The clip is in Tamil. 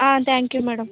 ah thank you madam